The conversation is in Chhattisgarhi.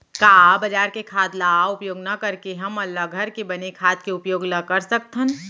का बजार के खाद ला उपयोग न करके हमन ल घर के बने खाद के उपयोग ल कर सकथन?